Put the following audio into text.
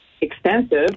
extensive